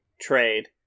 trade